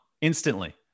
instantly